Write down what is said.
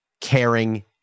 caring